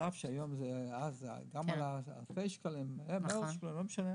על אף שאז זה עלה אלפי שקלים בשוק החופשי.